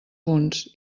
punts